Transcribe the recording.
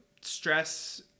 stress